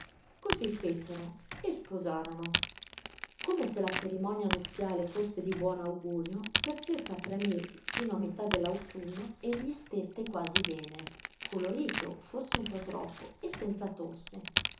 così fecero e sposarono come se la cerimonia nuziale fosse di buon augurio per circa tre mesi fino a metà dell'autunno egli stette quasi bene colorito forse un po troppo e senza tosse